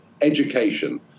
education